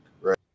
right